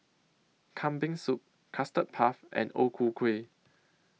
Kambing Soup Custard Puff and O Ku Kueh